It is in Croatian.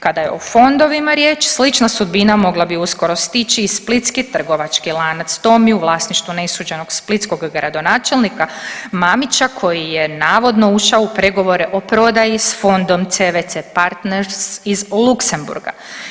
Kada sada je o fondovima riječ slična sudbina mogla bi uskoro stići i splitski trgovački lanac Tommy u vlasništvu splitskog gradonačelnika Mamića koji je navodno ušao u pregovore o prodaji s fondom CVC Partners iz Luksemburga.